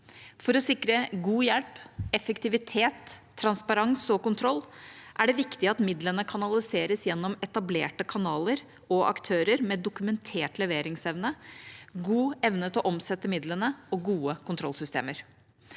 For å sikre god hjelp, effektivitet, transparens og kontroll er det viktig at midlene kanaliseres gjennom etablerte kanaler og aktører med dokumentert leveringsevne, god evne til å omsette midlene og gode kontrollsystemer.